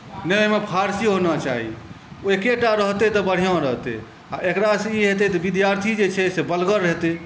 नहि ओहिमे फारसी होना चाही ओ एकेटा रहतै तऽ बढ़िआँ रहतै आ एकरासँ ई हेतै जे विद्यार्थी जे छै से बलगर हेतै